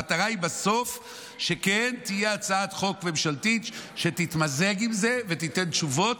מטרת החוק בסוף היא שתהיה הצעת חוק ממשלתית שתתמזג עם זה ותיתן תשובות.